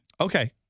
Okay